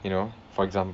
you know for example